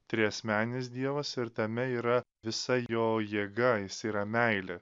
triasmenis dievas ir tame yra visa jo jėga jis yra meilė